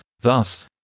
thus